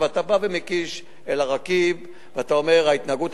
אתה בא ומקיש על אל-עראקיב, ואתה אומר: התנהגות